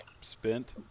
spent